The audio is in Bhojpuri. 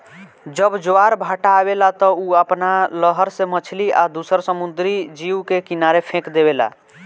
जब ज्वार भाटा आवेला त उ आपना लहर से मछली आ दुसर समुंद्री जीव के किनारे फेक देवेला